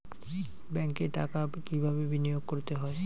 ব্যাংকে টাকা কিভাবে বিনোয়োগ করতে হয়?